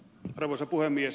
arvoisa puhemies